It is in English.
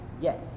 Yes